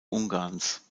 ungarns